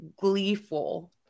gleeful